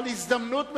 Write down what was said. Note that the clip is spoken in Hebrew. אבל זאת ההזדמנות שלי.